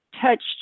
touched